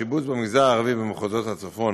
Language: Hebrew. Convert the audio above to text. השיבוץ במגזר הערבי במחוזות הצפון,